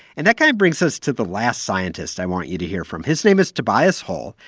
and that kind of brings us to the last scientist i want you to hear from. his name is tobias hall.